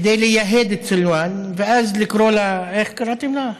כדי לייהד את סלוואן ואז לקרוא לה, איך קראתם לה?